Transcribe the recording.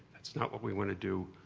that's not what we want to do.